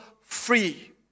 free